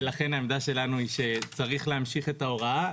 ולכן העמדה שלנו, שצריך להמשיך את ההוראה.